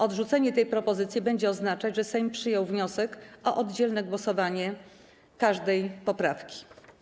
Odrzucenie tej propozycji będzie oznaczać, że Sejm przyjął wniosek o oddzielne głosowanie nad każdą poprawką.